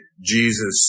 Jesus